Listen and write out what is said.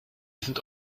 sind